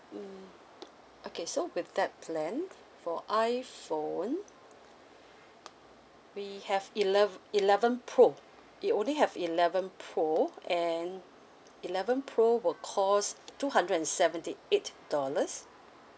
mm okay so with that plan for iPhone we have ele~ eleven pro we only have eleven pro and eleven pro will cost two hundred and seventy eight dollars